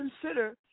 consider